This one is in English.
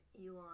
Elon